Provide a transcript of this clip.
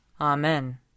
Amen